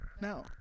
no